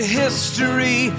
history